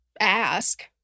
ask